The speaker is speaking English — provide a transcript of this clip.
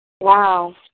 Wow